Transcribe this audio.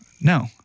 No